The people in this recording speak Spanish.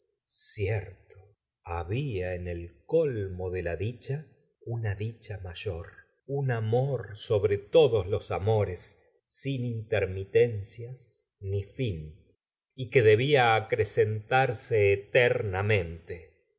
cierto rabi a en el colmo de la dieha una dichr mayor un amor sobre todos los amores sin intermitencias ni fin y que debia acrecentarse